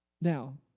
Now